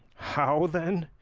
how, then?